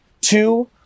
Two